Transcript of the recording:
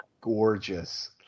gorgeous